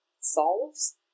solves